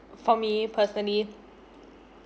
for me personally